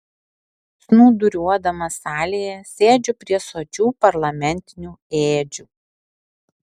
snūduriuodamas salėje sėdžiu prie sočių parlamentinių ėdžių